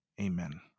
Amen